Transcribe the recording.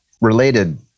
related